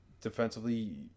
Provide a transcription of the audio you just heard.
Defensively